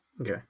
Okay